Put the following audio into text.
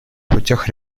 путях